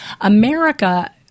America